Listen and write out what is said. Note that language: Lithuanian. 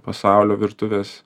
pasaulio virtuvės